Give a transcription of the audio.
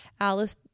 Alice